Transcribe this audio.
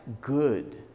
good